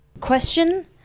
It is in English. Question